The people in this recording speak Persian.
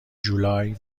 جولای